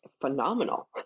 phenomenal